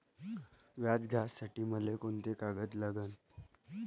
व्याज घ्यासाठी मले कोंते कागद लागन?